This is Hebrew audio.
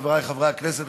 חבריי חברי הכנסת,